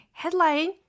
headline